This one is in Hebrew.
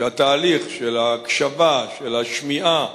שהתהליך של ההקשבה, של השמיעה,